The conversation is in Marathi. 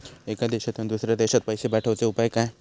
एका देशातून दुसऱ्या देशात पैसे पाठवचे उपाय काय?